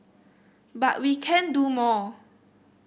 but we can do more